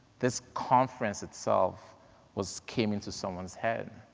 this conference itself was came into someone's head.